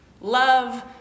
Love